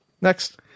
Next